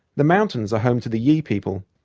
the mountains are home to the yi people,